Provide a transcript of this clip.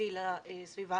וידידותי לסביבה.